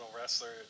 wrestler